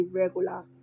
regular